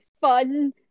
fun